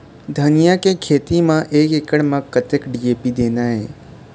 धनिया के खेती म एक एकड़ म कतक डी.ए.पी देना ये?